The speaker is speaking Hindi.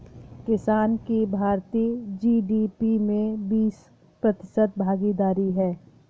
किसान की भारतीय जी.डी.पी में बीस प्रतिशत भागीदारी है